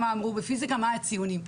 ומה הציונים.